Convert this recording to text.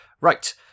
Right